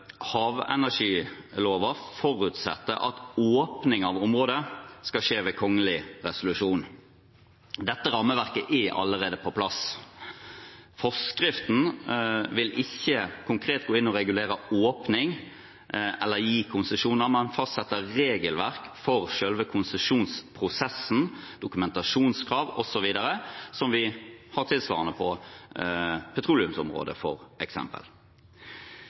havenergiloven forutsetter at åpning av områder skal skje ved kongelig resolusjon. Dette rammeverket er allerede på plass. Forskriften vil ikke konkret gå inn og regulere åpning eller gi konsesjoner, men fastsette regelverk for selve konsesjonsprosessen – dokumentasjonskrav osv. – tilsvarende det vi f.eks. har på petroleumsområdet.